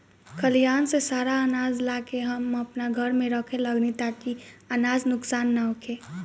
खलिहान से सारा आनाज ला के हम आपना घर में रखे लगनी ताकि अनाज नुक्सान ना होखे